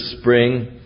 spring